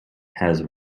has